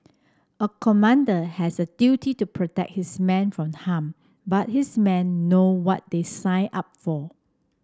a commander has a duty to protect his men from harm but his men know what they sign up for